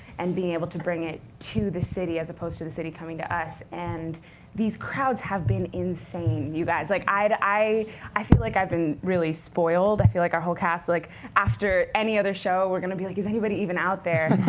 and being able to bring it to the city, as opposed to the city coming to us. and these crowds have been insane, you guys. like i i feel like i've been really spoiled. i feel like our whole cast like after any other show, we're going to be like, is anybody even out there?